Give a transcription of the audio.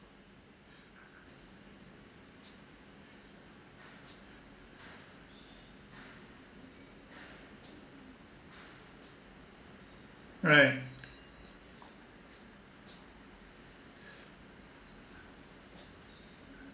right